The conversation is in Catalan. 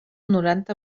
noranta